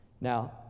Now